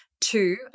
Two